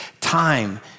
time